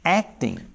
acting